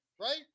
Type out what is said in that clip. right